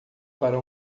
para